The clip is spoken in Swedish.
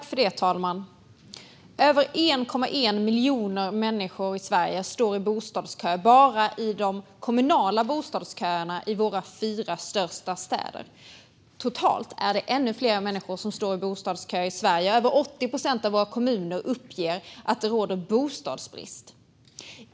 Fru talman! Över 1,1 miljoner människor i Sverige står i de kommunala bostadsköerna i våra fyra största städer. Totalt är det ännu fler människor som står i bostadskö i Sverige. Över 80 procent av våra kommuner uppger att det råder bostadsbrist.